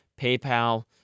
PayPal